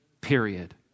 period